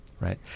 right